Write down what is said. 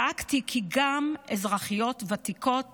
דאגתי כי גם אזרחיות ותיקות